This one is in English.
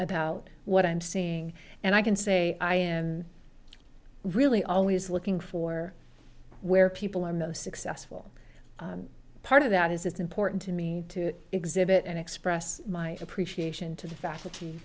about what i'm saying and i can say i am really always looking for where people are most successful part of that is it's important to me to exhibit and express my appreciation to the faculty